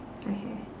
okay